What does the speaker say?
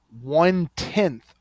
one-tenth